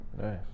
Nice